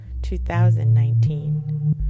2019